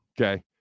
okay